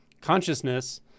consciousness